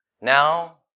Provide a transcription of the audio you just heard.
Now